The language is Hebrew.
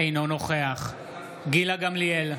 אינו נוכח גילה גמליאל,